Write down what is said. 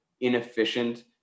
inefficient